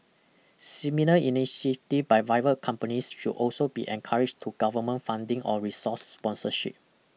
similar initiatives by private companies should also be encouraged to government funding or resource sponsorship